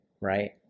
right